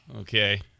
okay